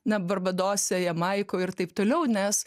ne barbadose jamaikoj ir taip toliau nes